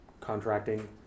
contracting